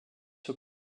aux